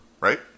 right